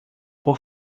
por